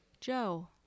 Joe